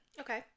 Okay